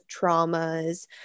traumas